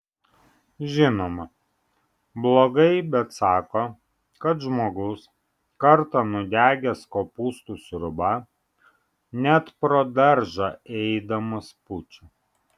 žinoma blogai bet sako kad žmogus kartą nudegęs kopūstų sriuba net pro daržą eidamas pučia